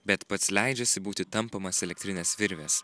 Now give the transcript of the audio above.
bet pats leidžiasi būti tampomas elektrinės virvės